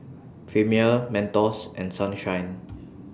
Premier Mentos and Sunshine